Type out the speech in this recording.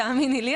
תאמיני לי,